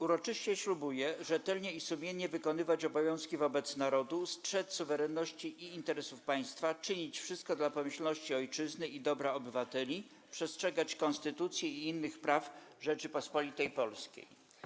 Uroczyście ślubuję rzetelnie i sumiennie wykonywać obowiązki wobec Narodu, strzec suwerenności i interesów Państwa, czynić wszystko dla pomyślności Ojczyzny i dobra obywateli, przestrzegać Konstytucji i innych praw Rzeczypospolitej Polskiej”